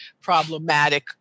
problematic